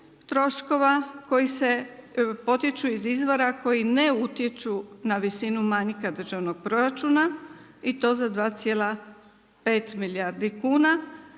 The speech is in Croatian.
troškova koji potječu iz izvora, koji ne utječu na visinu manjka državnog proračuna i to za 2,5 milijardi kuna,